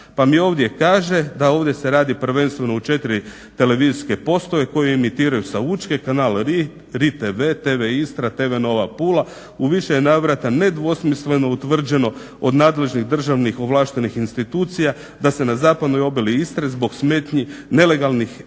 Pa mi ovdje kaže da ovdje se radi prvenstveno u 4 televizijske postaje koje emitiraju sa Učke, kanal RI, RI TV, TV Istra, TV Nova Pula, u više je navrata nedvosmisleno utvrđeno od nadležnih državnih ovlaštenih institucija da se na zapadnoj obali Istre zbog smetnji nelegalnih